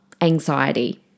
anxiety